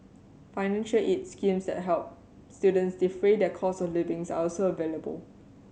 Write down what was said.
financial aid schemes that help students defray their costs of living are also available